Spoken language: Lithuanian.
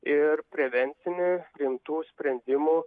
ir prevencinį rimtų sprendimų